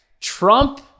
Trump